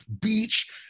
beach